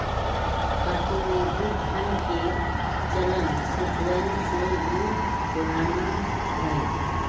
प्रतिनिधि धन के चलन सिक्कवन से भी पुराना हई